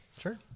Sure